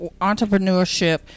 Entrepreneurship